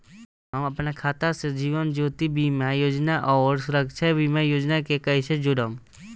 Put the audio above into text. हम अपना खाता से जीवन ज्योति बीमा योजना आउर सुरक्षा बीमा योजना के कैसे जोड़म?